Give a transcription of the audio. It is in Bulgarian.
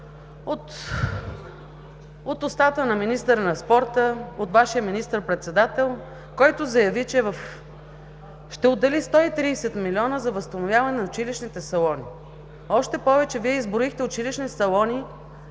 от устата на министъра на спорта, от Вашия министър-председател, който заяви, че ще отдели 130 милиона за възстановяване на училищните салони. Още повече Вие изброихте училищни салони